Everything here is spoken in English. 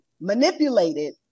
manipulated